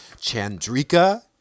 Chandrika